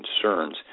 concerns